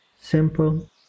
simple